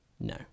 No